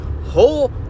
whole